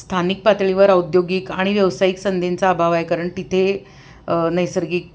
स्थानिक पातळीवर औद्योगिक आणि व्यावसायिक संधींचा अभाव आहे कारण तिथे नैसर्गिक